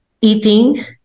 eating